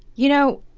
you know,